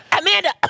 Amanda